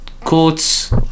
quotes